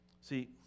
See